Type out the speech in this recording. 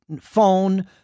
phone